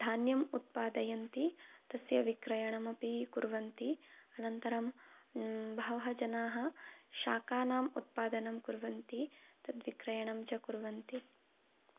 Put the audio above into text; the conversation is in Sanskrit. धान्यम् उत्पादयन्ति तस्य विक्रयणमपि कुर्वन्ति अनन्तरं बहवः जनाः शाकानाम् उत्पादनं कुर्वन्ति तत् विक्रयणं च कुर्वन्ति